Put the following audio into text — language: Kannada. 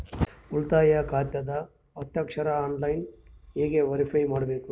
ಉಳಿತಾಯ ಖಾತಾದ ಹಸ್ತಾಕ್ಷರ ಆನ್ಲೈನ್ ಹೆಂಗ್ ವೇರಿಫೈ ಮಾಡಬೇಕು?